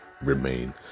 remain